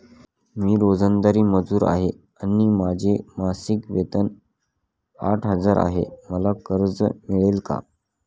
मी रोजंदारी मजूर आहे आणि माझे मासिक उत्त्पन्न आठ हजार आहे, मला कर्ज मिळेल का?